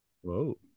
Whoa